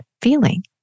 feeling